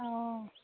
অঁ